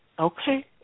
Okay